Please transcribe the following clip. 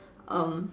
um